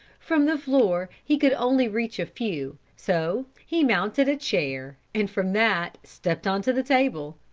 from the floor he could only reach a few, so he mounted a chair, and from that stepped onto the table.